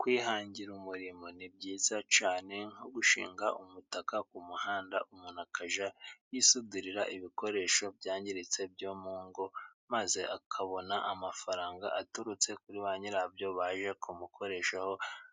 Kwihangira umurimo ni byiza cyane, nko gushinga umutaka ku muhanda, umuntu akajya yisudirira ibikoresho byangiritse byo mu ngo, maze akabona amafaranga aturutse kuri ba nyirabyo, baje kumukoreshaho